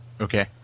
Okay